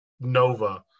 Nova